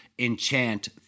enchant